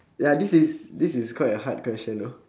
ya this is this is quite a hard question no